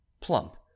plump